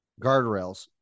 Guardrails